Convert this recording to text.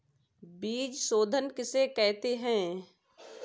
बीज शोधन किसे कहते हैं?